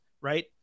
right